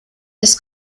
des